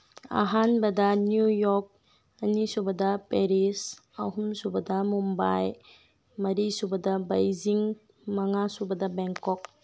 ꯑꯍꯥꯟꯕꯗ New York ꯑꯅꯤꯁꯨꯕꯗ Paris ꯑꯍꯨꯝꯁꯨꯕꯗ ꯃꯨꯝꯕꯥꯏ ꯃꯔꯤꯁꯨꯕꯗ ꯕꯩꯖꯤꯡ ꯃꯉꯥꯁꯨꯕꯗ ꯕꯦꯡꯀꯣꯛ